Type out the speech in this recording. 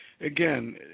again